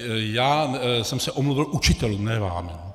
Já jsem se omluvil učitelům, ne vám.